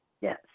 Yes